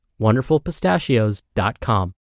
wonderfulpistachios.com